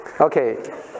Okay